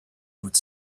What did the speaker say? would